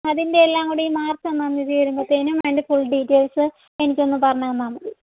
അതിൻ്റെ എല്ലാം കൂടി മാർച്ച് ഒന്നാം തീയതി വരുമ്പോഴത്തേനും അതിൻ്റെ ഫുൾ ഡീറ്റെയിൽസ് എനിക്ക് ഒന്ന് പറഞ്ഞ് തന്നാൽ മതി